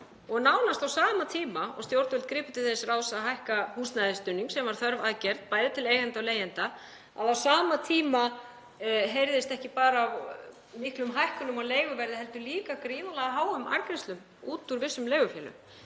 nánast á sama tíma og stjórnvöld gripu til þess ráðs að hækka húsnæðisstuðning, sem var þörf aðgerð bæði til eigenda og leigjenda, þá heyrðist ekki bara af miklum hækkunum á leiguverði heldur líka gríðarlega háum arðgreiðslum út úr vissum leigufélögum.